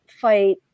fight